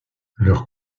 leur